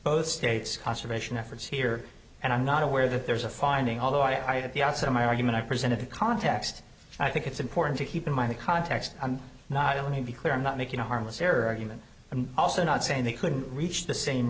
both states conservation efforts here and i'm not aware that there's a finding although i had at the outset of my argument i presented the context i think it's important to keep in mind the context and not only be clear i'm not making a harmless error argument i'm also not saying they couldn't reach the same